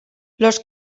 los